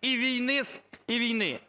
кризи і війни.